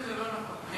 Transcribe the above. זה לא נכון.